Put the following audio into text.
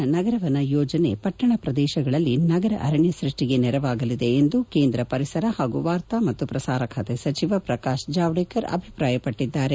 ನೂತನ ನಗರವನ ಯೋಜನೆ ಪಟ್ಟಣ ಪ್ರದೇಶಗಳಲ್ಲಿ ನಗರ ಅರಣ್ಯ ಸೃಷ್ಟಿಗೆ ನೆರವಾಗಲಿದೆ ಎಂದು ಕೇಂದ್ರ ಪರಿಸರ ಹಾಗೂ ವಾರ್ತಾ ಮತ್ತು ಪ್ರಸಾರ ಖಾತೆ ಸಚಿವ ಪ್ರಕಾಶ್ ಜಾವ್ಗೇಕರ್ ಅಭಿಪ್ರಾಯಪಟ್ಟಿದ್ದಾರೆ